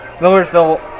Millersville